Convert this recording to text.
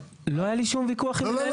לא היה לי שום ויכוח עם מנהלת הוועדה.